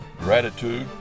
gratitude